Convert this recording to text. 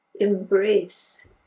embrace